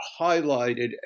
highlighted